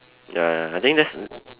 ya ya ya I think that's